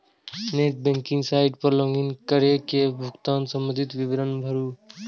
net banking site पर log in कैर के भुगतान संबंधी विवरण भरू